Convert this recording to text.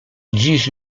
dziś